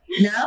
No